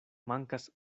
mankas